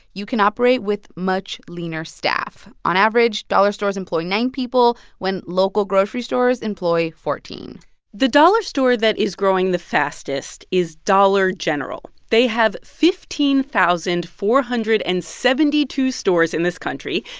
you can operate with much leaner staff. on average, dollar stores employ nine people when local grocery stores employ fourteen point the dollar store that is growing the fastest is dollar general. they have fifteen thousand four hundred and seventy two stores in this country.